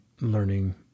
learning